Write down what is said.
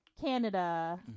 canada